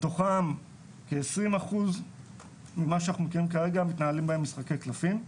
מתוכם כ-20% ממה שאנחנו מכירים כרגע מתנהלים בהם משחקי קלפים.